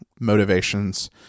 motivations